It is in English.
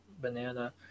Banana